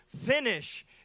finish